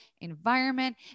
environment